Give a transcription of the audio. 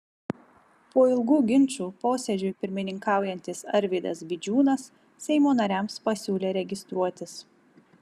po ilgų ginčų posėdžiui pirmininkaujantis arvydas vidžiūnas seimo nariams pasiūlė registruotis